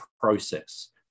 process